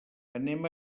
anem